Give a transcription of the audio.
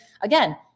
again